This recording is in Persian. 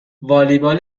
والیبال